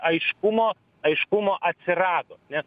aiškumo aiškumo atsirado nes